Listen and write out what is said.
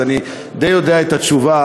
אז אני די יודע את התשובה,